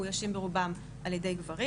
מאוישים ברובם על ידי גברים.